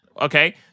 Okay